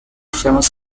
famous